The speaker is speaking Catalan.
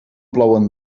plouen